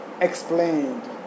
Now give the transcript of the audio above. explained